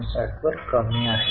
59 वर कमी झाले आहे